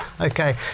okay